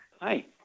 Hi